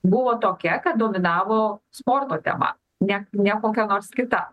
buvo tokia kad dominavo sporto tema ne ne kokia nors kita